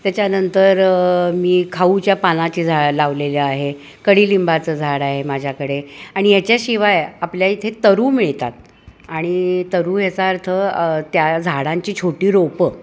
त्याच्यानंतर मी खाऊच्या पानाची झाडं लावलेली आहे कढीलिंबाचं झाड आहे माझ्याकडे आणि याच्याशिवाय आपल्या इथे तरू मिळतात आणि तरू याचा अर्थ त्या झाडांची छोटी रोपं